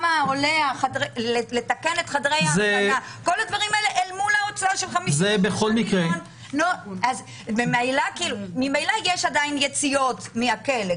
לתקן את חדרי ההמתנה במילווקי ממילא יש עדיין יציאות מהכלא,